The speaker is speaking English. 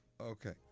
Okay